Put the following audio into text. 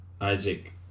Isaac